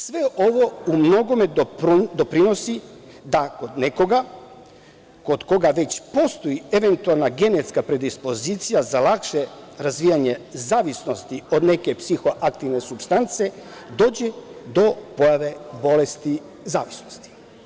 Sve ovo u mnogome doprinosi da kod nekoga kod koga već postoji eventualna genetska predispozicija za lakše razvijanje zavisnosti od neke psihoaktivne supstance dođe do pojave bolesti zavisnosti.